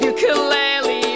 Ukulele